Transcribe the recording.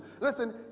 Listen